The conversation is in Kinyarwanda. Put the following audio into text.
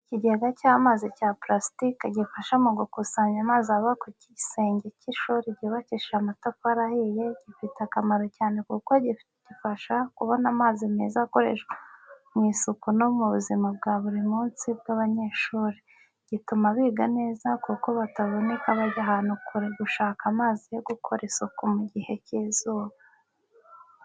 Ikigega cy’amazi cya purasitike gifasha mu gukusanya amazi ava ku gisenge cy’ishuri ryubakishije amatafari ahiye, gifite akamaro cyane kuko gifasha kubona amazi meza akoreshwa mu isuku no mu buzima bwa buri munsi bw’abanyeshuri. Gituma biga neza kuko batavunika bajya ahantu kure gushaka amazi yo gukora isuku mu gihe cy'izuba.